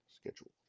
Schedule